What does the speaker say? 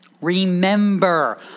Remember